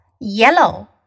Yellow